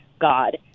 God